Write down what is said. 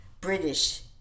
British